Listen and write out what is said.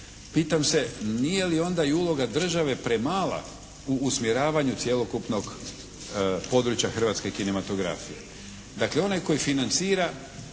pitam se nije li onda i uloga države premala u usmjeravanju cjelokupnog područja Hrvatske kinematografije? Dakle, onaj koji financira,